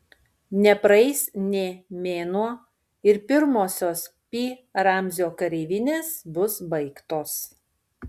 nepraeis nė mėnuo ir pirmosios pi ramzio kareivinės bus baigtos